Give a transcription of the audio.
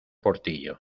portillo